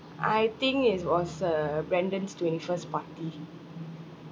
I think is was uh brandon's twenty first party